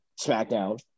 SmackDown